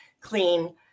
clean